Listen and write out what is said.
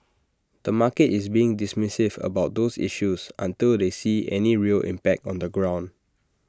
the market is being dismissive about those issues until they see any real impact on the ground